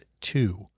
two